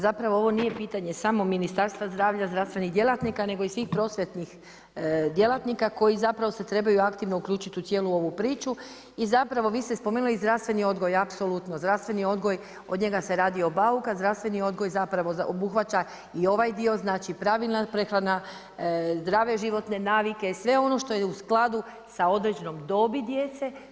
Zapravo ovo nije pitanje samo Ministarstva zdravlja, zdravstvenih djelatnika, nego i svih prosvjetnih djelatnika, koji zapravo se trebaju aktivno uključiti u cijelu ovu priču i zapravo, vi ste spomenuli zdravstveni odgoj, apsolutno, zdravstveni odgoj, od njega se radio bauk, a zdravstveni odgoj zapravo obuhvaća i ovaj dio, znači pravilna prehrana, zdrave životne navike, sve ono što je u skladu sa određenom dobi djece.